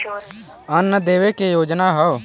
अन्न देवे क योजना हव